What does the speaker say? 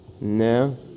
No